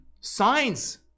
signs